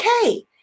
okay